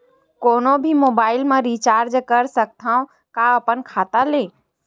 कोनो भी मोबाइल मा रिचार्ज कर सकथव का अपन खाता ले?